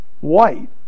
white